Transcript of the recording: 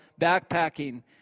backpacking